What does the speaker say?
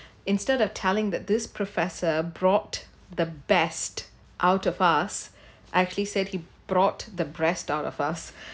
instead of telling that this professor brought the best out of us actually said he brought the breast out of us